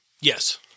Yes